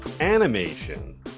animation